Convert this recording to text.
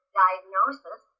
diagnosis